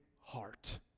heart